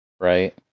right